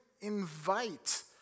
invite